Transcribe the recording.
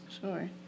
sure